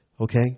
Okay